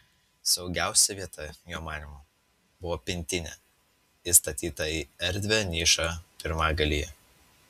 saugiausia vieta jo manymu buvo pintinė įstatyta į erdvią nišą pirmagalyje